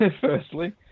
firstly